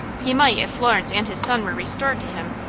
he might if florence and his son were restored to him.